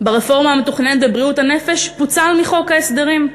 ברפורמה המתוכננת בבריאות הנפש פוצל מחוק ההסדרים.